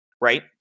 Right